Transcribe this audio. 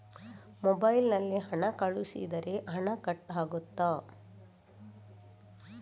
Mobile ನಲ್ಲಿ ಹಣ ಕಳುಹಿಸಿದರೆ ಹಣ ಕಟ್ ಆಗುತ್ತದಾ?